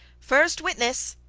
first witness